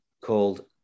Called